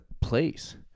place